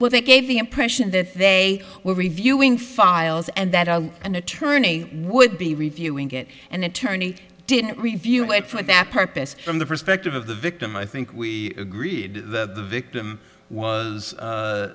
what they gave the impression that they were reviewing files and that an attorney would be reviewing it and attorney didn't review wait for that purpose from the perspective of the victim i think we agreed the victim was